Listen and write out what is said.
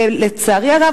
לצערי הרב,